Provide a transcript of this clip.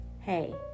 hey